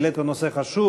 העלית נושא חשוב,